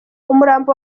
umurambo